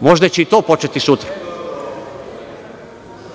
možda će i to početi sutra,